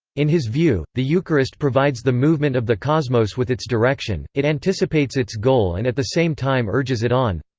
in his view, the eucharist provides the movement of the cosmos with its direction it anticipates its goal and at the same time urges it on.